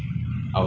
shiok